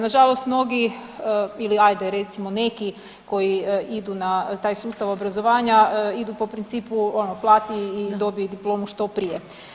Na žalost mnogi ili hajte recimo neki koji idu na taj sustav obrazovanja idu po principu plati i dobije diplomu što prije.